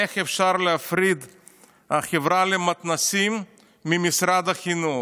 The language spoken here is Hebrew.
איך אפשר להפריד את החברה למתנ"סים ממשרד החינוך?